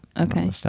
Okay